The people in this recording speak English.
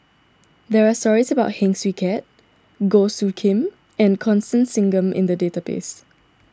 there are stories about Heng Swee Keat Goh Soo Khim and Constance Singam in the database